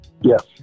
Yes